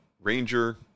ranger